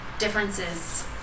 Differences